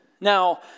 now